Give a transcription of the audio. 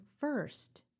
first